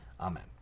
Amen